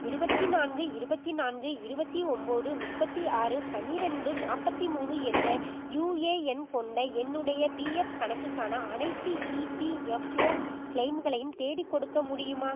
இருபத்தி நான்கு இருபத்தி நான்கு இருபத்தி ஒன்பது முப்பத்தி ஆறு பன்னிரெண்டு நாற்பத்தி மூணு என்ற யுஏஎன் கொண்ட என்னுடைய பிஎஃப் கணக்குக்கான அனைத்து இபிஎஃப்ஒ க்ளெய்ம்களையும் தேடிக்கொடுக்க முடியுமா